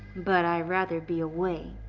but i'd rather be away,